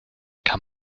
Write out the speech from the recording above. kann